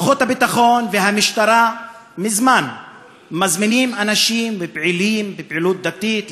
כוחות הביטחון והמשטרה מזמן מזמינים אנשים ופעילים בפעילות דתית,